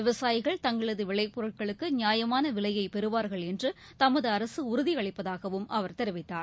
விவசாயிகள் தங்களது விளைபொருட்களுக்கு நியாயமான விலையை பெறுவார்கள் என்று தமது அரசு உறுதி அளிப்பதாகவும் அவர் தெரிவித்தார்